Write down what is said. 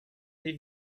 les